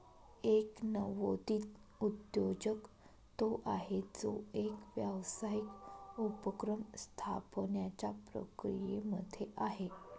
एक नवोदित उद्योजक तो आहे, जो एक व्यावसायिक उपक्रम स्थापण्याच्या प्रक्रियेमध्ये आहे